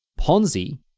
Ponzi